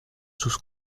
sus